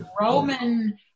Roman